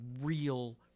real